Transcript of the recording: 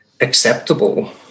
acceptable